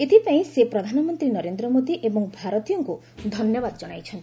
ଏଥିପାଇଁ ସେ ପ୍ରଧାନମନ୍ତ୍ରୀ ନରେନ୍ଦ୍ର ମୋଦୀ ଏବଂ ଭାରତୀୟଙ୍କୁ ଧନ୍ୟବାଦ ଜଣାଇଛନ୍ତି